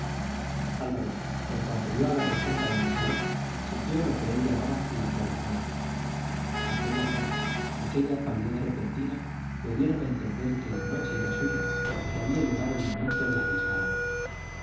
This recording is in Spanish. vio a la regenta en el salón sintió lo que él llamaba la corazonada aquella cara aquella palidez repentina le dieron a entender que la noche era suya que había llegado el momento de arriesgar algo